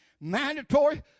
mandatory